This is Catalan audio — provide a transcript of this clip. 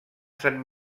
sant